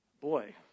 Boy